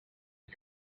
was